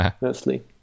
Mostly